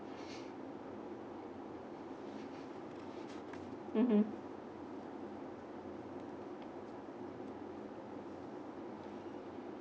mmhmm